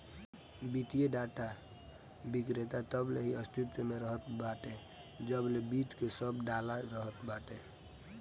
वित्तीय डाटा विक्रेता तबले ही अस्तित्व में रहत बाटे जबले वित्त के सब डाला रहत बाटे